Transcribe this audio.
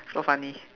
so funny